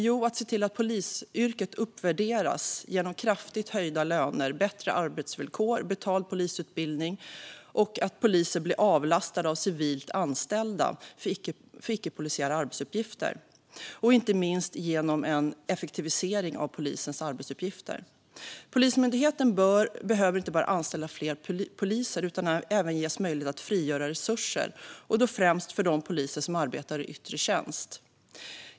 Jo, det är att se till att polisyrket uppvärderas genom kraftigt höjda löner, bättre arbetsvillkor, betald polisutbildning och att poliser blir avlastade av civilt anställda i fråga om icke-polisiära arbetsuppgifter och inte minst genom en effektivisering av polisens arbetsuppgifter. Polismyndigheten behöver inte bara anställa fler poliser utan även ges möjlighet att frigöra resurser och då främst för de poliser som arbetar i yttre tjänst.